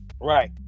Right